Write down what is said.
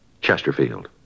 Chesterfield